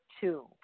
two